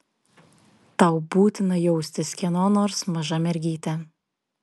tau būtina jaustis kieno nors maža mergyte